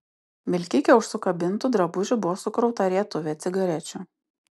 vilkike už sukabintų drabužių buvo sukrauta rietuvė cigarečių